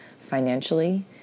financially